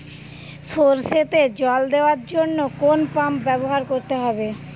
সরষেতে জল দেওয়ার জন্য কোন পাম্প ব্যবহার করতে হবে?